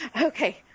Okay